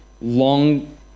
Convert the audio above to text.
long